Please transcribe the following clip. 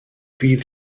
fydd